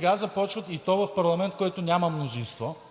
кампания, и то в парламент, който няма мнозинство –